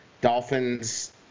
Dolphins